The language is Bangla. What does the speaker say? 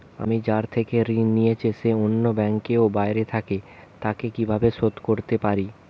আমি যার থেকে ঋণ নিয়েছে সে অন্য ব্যাংকে ও বাইরে থাকে, তাকে কীভাবে শোধ করতে পারি?